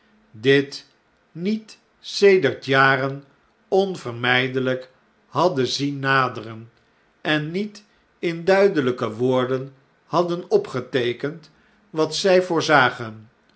dit niet sedert jaren onvermydelyk hadden zien naderen en niet in duidelyke woorden hadden opgeteekend wat zij voordoor